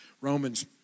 Romans